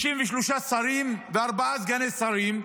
33 שרים וארבעה סגני שרים,